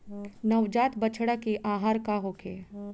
नवजात बछड़ा के आहार का होखे?